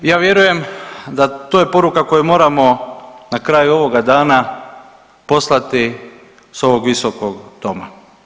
I ja vjerujem da to je poruka koju moramo na kraju ovoga dana poslati s ovog visokog doma.